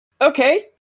Okay